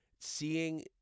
seeing